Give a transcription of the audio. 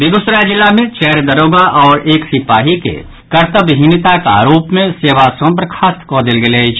बेगूसराय जिला मे चारि दारोगा आओर एक सिपाही के कर्तव्यहीनताक आरोप मे सेवा सँ बर्खास्त कऽ देल गेल अछि